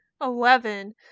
Eleven